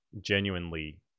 genuinely